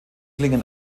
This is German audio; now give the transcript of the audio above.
klingen